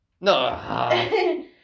No